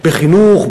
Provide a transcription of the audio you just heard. בחינוך,